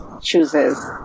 chooses